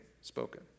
spoken